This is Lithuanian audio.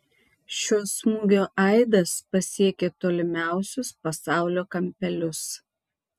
šio smūgio aidas pasiekė tolimiausius pasaulio kampelius